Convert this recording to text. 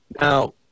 Now